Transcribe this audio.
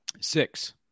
Six